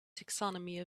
taxonomy